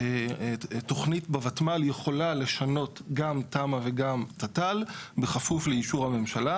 תוכנית בותמ"ל יכולה לשנות גם תמ"א וגם תת"ל בכפוף לאישור הממשלה,